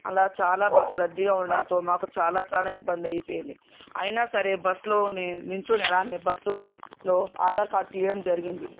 అలా చాలా బస్సు రద్దీగా ఉండడంతో మాకు చాలా చాలా ఇబ్బంది అయిపోయింది అయినా సరే బస్సులోనే నిలుచుని అలానే బస్సులో ఆధార్ కార్డు తీయడం జరిగింది